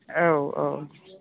औ औ